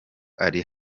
ari